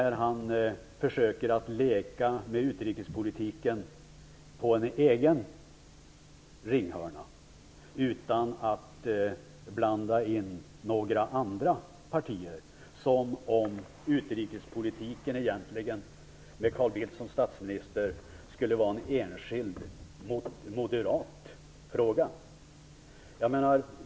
Han försöker att leka med utrikespolitiken i en egen ringhörna, utan att blanda in några andra partier, som om utrikespolitiken med Carl Bildt som statsminister skulle vara en enskild moderat fråga.